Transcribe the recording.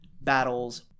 battles